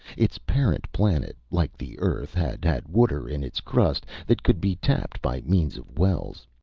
its parent planet, like the earth, had had water in its crust, that could be tapped by means of wells.